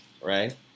right